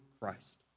Christ